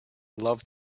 loved